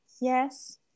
Yes